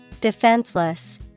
Defenseless